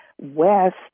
West